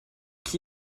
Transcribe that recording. qui